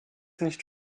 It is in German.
nicht